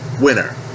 winner